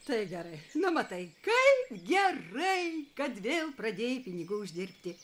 tai gerai na matai kaip gerai kad vėl pradėjai pinigų uždirbti